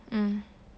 mm